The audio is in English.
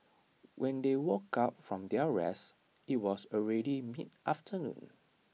when they woke up from their rest IT was already mid afternoon